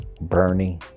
Bernie